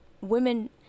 women